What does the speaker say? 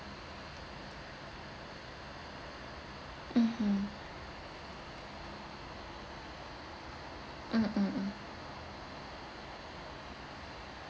mmhmm mm mm mm